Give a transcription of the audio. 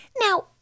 Now